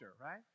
right